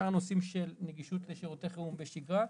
שאר הנושאים של נגישות לשירותי חירום בשגרה,